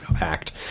act